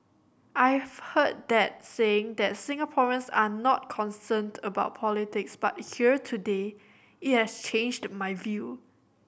I've heard the saying that Singaporeans are not concerned about politics but here today it has changed my view